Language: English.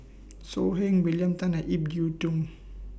So Heng William Tan and Ip Yiu Tung